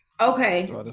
Okay